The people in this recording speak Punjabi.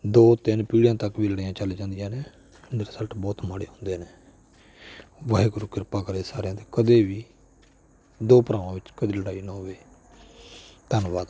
ਦੋ ਤਿੰਨ ਪੀੜ੍ਹੀਆਂ ਤੱਕ ਵੀ ਲੜਾਈਆਂ ਚੱਲ ਜਾਂਦੀਆਂ ਨੇ ਰਿਜਲਟ ਬਹੁਤ ਮਾੜੇ ਹੁੰਦੇ ਨੇ ਵਾਹਿਗੁਰੂ ਕਿਰਪਾ ਕਰੇ ਸਾਰਿਆਂ 'ਤੇ ਕਦੇ ਵੀ ਦੋ ਭਰਾਵਾਂ ਵਿੱਚ ਕਦੇ ਲੜਾਈ ਨਾ ਹੋਵੇ ਧੰਨਵਾਦ